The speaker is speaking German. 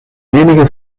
wenige